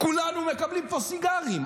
כולנו מקבלים פה סיגרים.